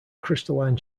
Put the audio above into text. crystalline